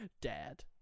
Dad